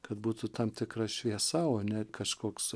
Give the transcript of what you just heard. kad būtų tam tikra šviesa o ne kažkoksai